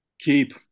Keep